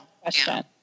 question